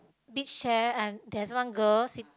beach chair and there's one girl sit